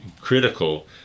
critical